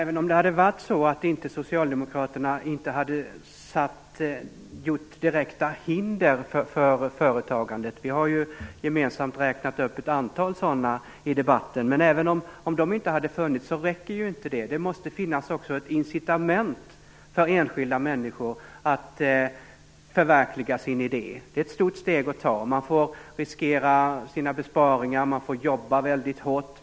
Fru talman! Även om Socialdemokraterna inte hade satt upp direkta hinder för företagandet - vi har gemensamt räknat upp ett antal sådana i debatten - räcker det inte. Det måste också finnas incitament för enskilda människor att förverkliga sin idé. Det är ett stort steg att ta. Man riskerar sina besparingar. Man får jobba väldigt hårt.